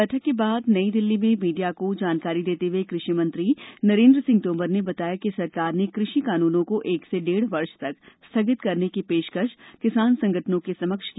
बैठक के बाद नई दिल्ली में मीडिया को जानकारी देते हुए कृषि मंत्री नरेन्द्र सिंह तोमर ने बताया कि सरकार ने कृषि कानूनों को एक से डेढ वर्ष तक स्थीगित रखने की पेशकश किसान संगठनों के समक्ष की